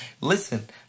Listen